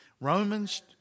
Romans